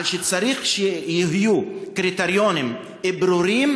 על כך שצריך שיהיו קריטריונים ברורים,